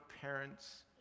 parents